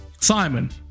simon